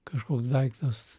kažkoks daiktas